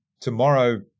Tomorrow